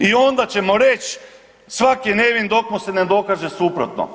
I onda ćemo reći svatko je nevin dok mu se ne dokaže suprotno.